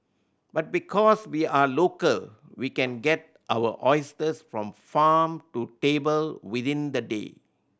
but because we are local we can get our oysters from farm to table within the day